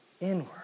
Inward